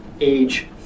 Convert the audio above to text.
age